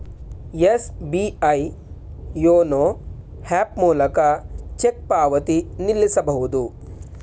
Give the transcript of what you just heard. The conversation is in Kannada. ಎಸ್.ಬಿ.ಐ ಯೋನೋ ಹ್ಯಾಪ್ ಮೂಲಕ ಚೆಕ್ ಪಾವತಿ ನಿಲ್ಲಿಸಬಹುದು